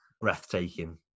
breathtaking